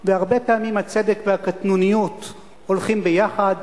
והרבה פעמים הצדק והקטנוניות הולכים ביחד.